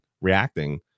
reacting